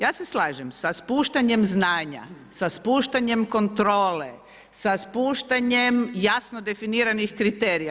Ja se slažem sa spuštanjem znanja, sa spuštanjem kontrole, sa spuštanjem jasno definiranih kriterija.